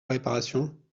réparation